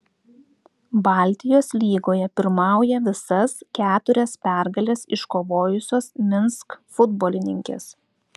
baltijos lygoje pirmauja visas keturias pergales iškovojusios minsk futbolininkės